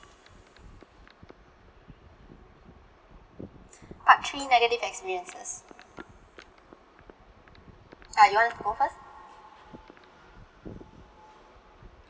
part three negative experiences uh you want to go first